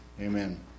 Amen